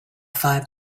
five